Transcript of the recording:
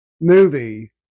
movie